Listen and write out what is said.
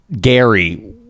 Gary